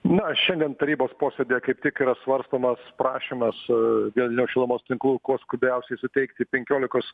na šiandien tarybos posėdyje kaip tik yra svarstomas prašymas vilniaus šilumos tinklų kuo skubiausiai suteikti penkiolikos